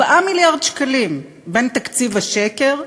4 מיליארד שקלים בין תקציב השקר,